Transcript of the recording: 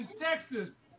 Texas